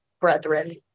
brethren